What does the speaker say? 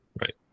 Right